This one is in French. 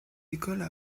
écoles